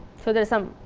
so there is some